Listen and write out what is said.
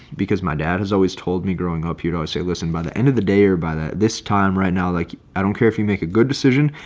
because my dad has always told me growing up you'd always say listen by the end of the day or by this time right now like i don't care if you make a good decision.